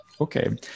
Okay